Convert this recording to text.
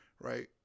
right